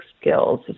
skills